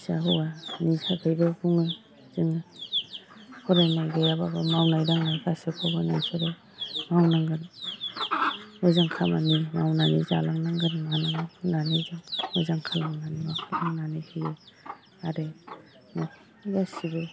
फिसा हौवानि थाखायबो बुङो जोङो फरायनाय गैयाबाबो मावनाय दांनाय गासैखौबो नोंसोरो मावनांगोन मोजां खामानि मावनानै जालांनांगोन मानांगोन होननानै मोजां खालामनानै होननानै होयो आरो गासिबो